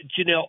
Janelle